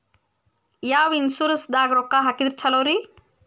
ಯಾವ ಇನ್ಶೂರೆನ್ಸ್ ದಾಗ ರೊಕ್ಕ ಹಾಕಿದ್ರ ಛಲೋರಿ?